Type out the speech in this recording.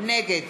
נגד